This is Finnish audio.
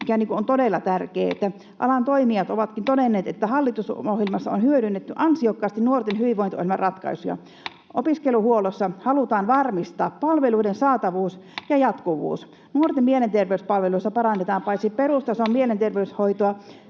mikä on todella tärkeätä. Alan toimijat ovatkin todenneet, että hallitusohjelmassa on hyödynnetty ansiokkaasti nuorten hyvinvointiohjelman ratkaisuja. Opiskeluhuollossa halutaan varmistaa palveluiden saatavuus ja jatkuvuus. Nuorten mielenterveyspalveluissa parannetaan paitsi perustason mielenterveyshoitoa